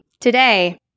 today